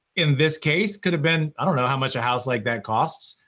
in this case could've been, i don't know how much a house like that costs,